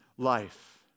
life